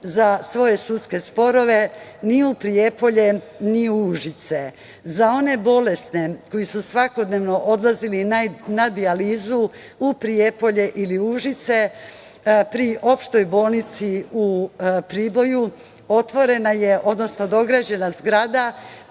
za svoje sudske sporove ni u Prijepolje, ni u Užice. Za one bolesne koji su svakodnevno odlazili na dijalizu u Prijepolje ili u Užice pri opštoj bolnici u Priboju otvorena je, odnosno dograđena je zgrada,